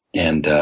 and